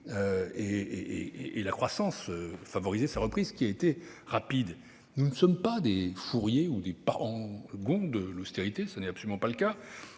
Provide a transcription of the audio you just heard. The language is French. de la croissance, qui a été rapide. Nous ne sommes pas des fourriers ou des parangons de l'austérité ; ce n'est absolument pas le cas.